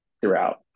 throughout